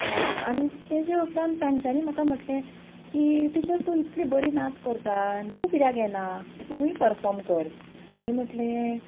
आनी तेजे उपरांत तांच्यानी म्हाका म्हटलें की टिचर तूं इतली बरी नाच करता आनी तूं कित्याक येना तूंय परफॉर्म कर हांवें म्हटलें